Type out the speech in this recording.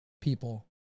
people